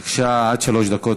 בבקשה, עד שלוש דקות.